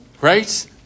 Right